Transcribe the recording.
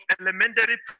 elementary